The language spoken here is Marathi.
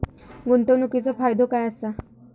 गुंतवणीचो फायदो काय असा?